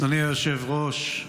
אדוני היושב-ראש,